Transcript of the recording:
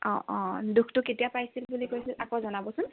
অঁ অঁ দুখটো কেতিয়া পাইছিল বুলি কৈছিল আকৌ জনাবচোন